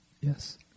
Yes